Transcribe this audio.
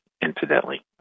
incidentally